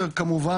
וכמובן,